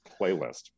playlist